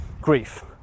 grief